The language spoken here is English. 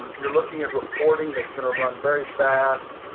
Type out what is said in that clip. you're looking at reporting that's going to run very fast.